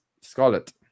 scarlet